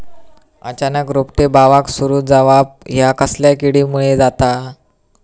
अचानक रोपटे बावाक सुरू जवाप हया कसल्या किडीमुळे जाता?